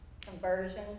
conversion